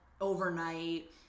overnight